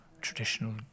traditional